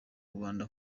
rwanda